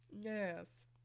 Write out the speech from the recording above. Yes